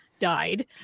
Died